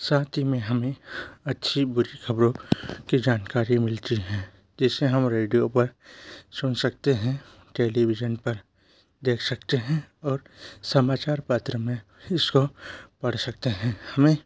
साथ ही में हमें अच्छी बुरी खबर की जानकारी मिलती है जिसे हम रेडियो पर सुन सकते हैं टेलीविजन पर देख सकते हैं और समाचार पत्र में इसको पढ़ सकते हैं हमें